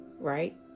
right